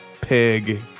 pig